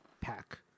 pack